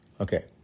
Okay